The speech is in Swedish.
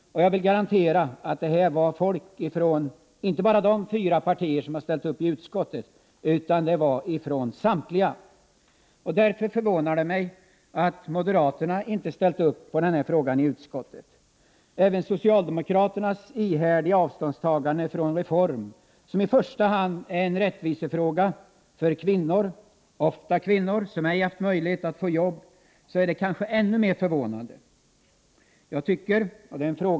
Och jag garanterar att det inte bara var folk från de fyra partier som har ställt upp i utskottet, utan från samtliga partier. Det förvånar mig därför att moderaterna inte ställt upp i utskottet. Även socialdemokraternas ihärdiga avståndstagande från en reform som i första hand är en rättvisefråga för kvinnor, som ofta inte haft möjlighet att få jobb, är kanske ännu mer förvånande.